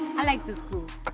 i like this group.